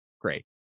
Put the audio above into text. Great